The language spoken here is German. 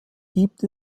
gibt